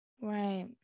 right